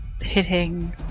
Hitting